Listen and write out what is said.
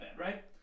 right